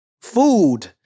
food